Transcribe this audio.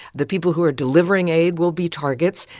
the people who are delivering aid will be targets,